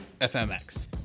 FMX